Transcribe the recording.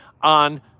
on